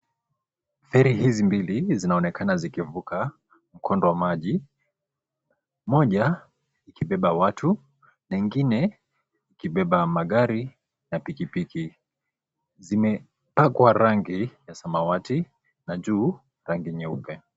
Feri hizi mbili zinaonekana zikivuka mkondo wa maji. Moja ikibeba watu, lingine, ikibeba magari na pikipiki. Zimepakwa rangi ya samawati na juu rangi nyeupe.